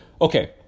Okay